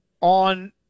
on